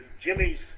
Jimmy's